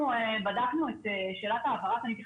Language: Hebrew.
אנחנו בדקנו עם משרד המשפטים את שאלת העברת המידע,